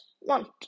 want